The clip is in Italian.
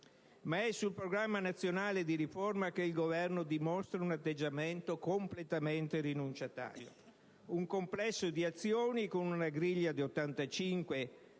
Ma è sul Programma nazionale di riforma che il Governo dimostra un atteggiamento completamente rinunciatario. Si tratta di un complesso di azioni, con una griglia di 85